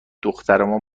دخترمان